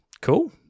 cool